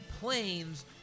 planes